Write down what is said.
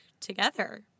together